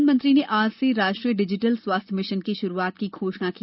प्रधानमंत्री ने आज से राष्ट्रीय डिजिटल स्वास्थ्य मिशन की शुरूआत की भी घोषणा की